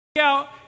out